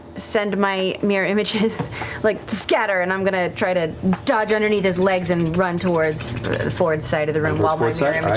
send my mirror images like to scatter and i'm going to try to dodge underneath his legs and run towards fjord's side of the room while my ah